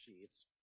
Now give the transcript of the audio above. sheets